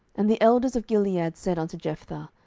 and the elders of gilead said unto jephthah,